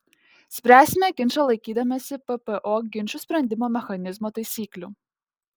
spręsime ginčą laikydamiesi ppo ginčų sprendimo mechanizmo taisyklių